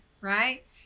right